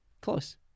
Close